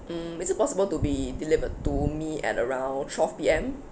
mm is it possible to be delivered to me at around twelve P_M